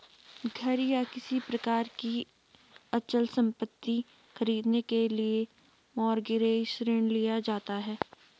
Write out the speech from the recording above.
घर या किसी प्रकार की अचल संपत्ति खरीदने के लिए मॉरगेज ऋण लिया जाता है